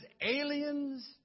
aliens